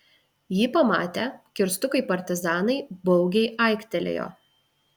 jį pamatę kirstukai partizanai baugiai aiktelėjo